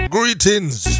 Greetings